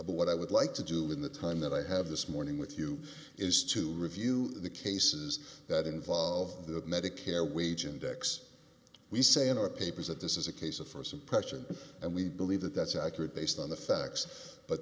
but what i would like to do in the time that i have this morning with you is to review the cases that involve the medicare wage index we say in our papers that this is a case of st impression and we believe that that's accurate based on the facts but